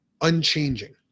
unchanging